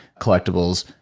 collectibles